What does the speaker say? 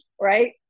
right